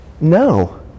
no